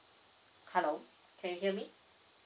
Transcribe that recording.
hello can you hear me